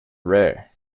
rare